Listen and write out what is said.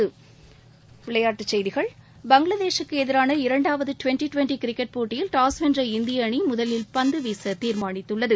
ரவிச்சந்திரன் பங்களாதேசுக்கு எதிரான இரண்டாவது டிவென்டி டிவென்டி கிரிக்கெட் போட்டியில் டாஸ் வென்ற இந்திய அணி முதலில் பந்து வீச தீர்மானித்துள்ளது